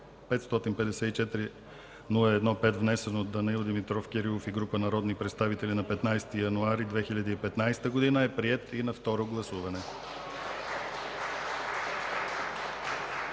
554-01-5, внесен от Данаил Димитров Кирилов и група народни представители на 15 януари 2015 г. е приет и на второ гласуване.